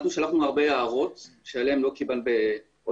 אנחנו שלחנו הרבה הערות עליהן לא קיבלנו מענה.